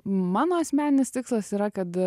mano asmeninis tikslas yra kad